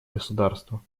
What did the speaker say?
государства